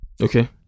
Okay